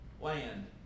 land